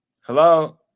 Hello